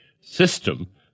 system